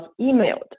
emailed